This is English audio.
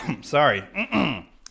Sorry